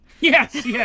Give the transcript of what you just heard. Yes